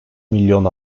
milyon